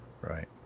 Right